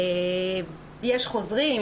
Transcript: יש חוזרים,